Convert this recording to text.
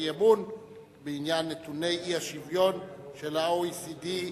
אי-אמון בעניין נתוני האי-שוויון של ה-OECD.